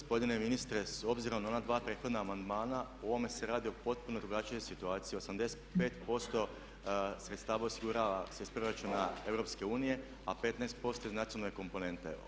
Gospodine ministre s obzirom na ona dva prethodna amandmana u ovome se radi o potpuno drugačijoj situaciji, 85% sredstava osigurava se iz Proračuna EU a 15% iz nacionalne komponente.